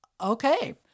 Okay